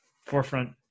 forefront